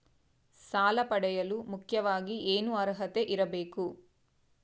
ಸಾಲ ಪಡೆಯಲು ಮುಖ್ಯವಾಗಿ ಏನು ಅರ್ಹತೆ ಇರಬೇಕು?